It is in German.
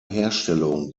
herstellung